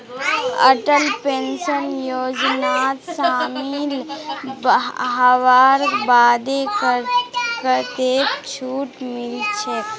Atal pension योजनात शामिल हबार बादे कतेक छूट मिलछेक